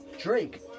Drake